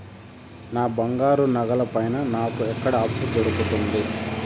నా బంగారు నగల పైన నాకు ఎక్కడ అప్పు దొరుకుతుంది